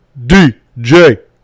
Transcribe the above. DJ